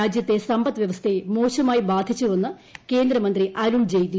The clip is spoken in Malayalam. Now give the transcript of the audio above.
രാജ്യത്തെ സമ്പദ്വൃവസ്ഥയെ മോശമായി ബാധിച്ചുവെന്ന് കേന്ദ്രമന്ത്രി അരുൺ ജെയ്റ്റ്ലി